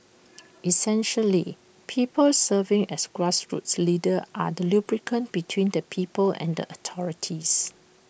essentially people serving as grassroots leaders are the lubricant between the people and the authorities